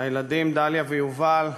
הילדים דליה ויובל,